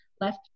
left